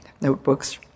notebooks